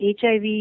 HIV